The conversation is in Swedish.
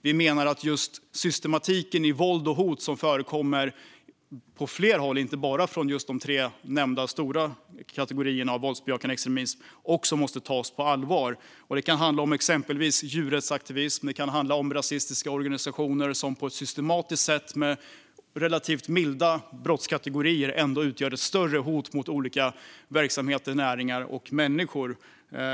Vi menar att den systematik i fråga om våld och hot som förekommer på flera håll, inte bara från de tre nämnda stora kategorierna av våldsbejakande extremism, också måste tas på allvar. Det kan handla om exempelvis djurrättsaktivism eller rasistiska organisationer som på ett systematiskt sätt, genom handlingar i relativt milda brottskategorier, utgör ett större hot mot olika näringar, verksamheter och människor.